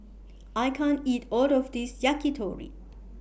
I can't eat All of This Yakitori